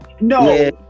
no